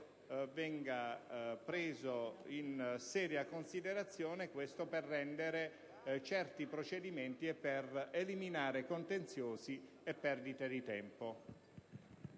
venga preso in seria considerazione in modo da rendere certi i procedimenti e eliminare contenziosi e perdite di tempo.